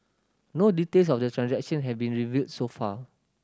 no details of the transaction have been revealed so far